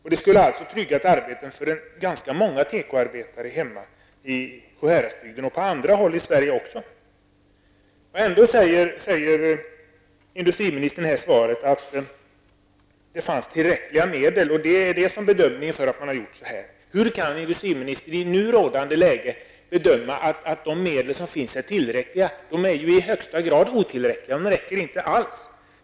Medlen skulle ha tryggat arbetet för ganska många tekoarbetare hemma i Sjuhäradsbygden och på andra håll i Sverige. Industriministern säger i svaret att det aktuella beslutet fattades på grundval av en bedömning att tillräckliga medel finns tillgängliga. Hur kan industriministern i nu rådande läge göra bedömningen att de medel som finns är tillräckliga? De är ju i högsta grad otillräckliga -- de räcker inte alls.